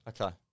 Okay